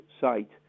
site